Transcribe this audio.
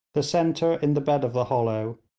the centre in the bed of the hollow,